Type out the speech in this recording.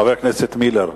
חבר הכנסת מילר,